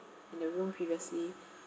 in the room previously